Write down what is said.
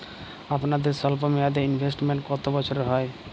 আপনাদের স্বল্পমেয়াদে ইনভেস্টমেন্ট কতো বছরের হয়?